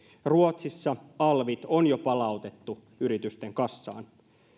ruotsissa alvit on jo palautettu yritysten kassaan